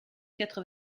quatre